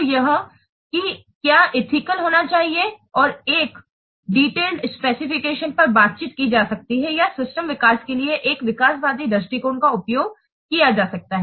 तो यह कि क्या एथिकल होना चाहिए और एक डिटेल्ड स्पेसिफिकेशन पर बातचीत की जा सकती है या सिस्टम विकास के लिए एक विकासवादी दृष्टिकोण का उपयोग किया जा सकता है